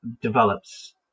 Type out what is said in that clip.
develops